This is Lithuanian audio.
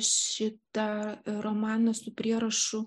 šitą romaną su prierašu